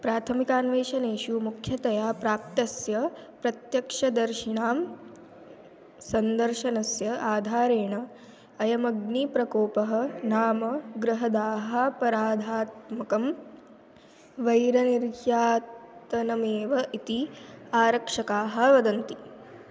प्राथमिकान्वेषणेषु मुख्यतया प्राप्तस्य प्रत्यक्षदर्शिणां सन्दर्शनस्य आधारेण अयमग्निप्रकोपः नाम गृहदाहापराधात्मकं वैरनिर्यातनमेव इति आरक्षकाः वदन्ति